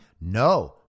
no